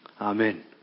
Amen